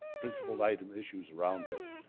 principled item issues around this,